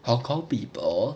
hong kong people